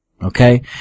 Okay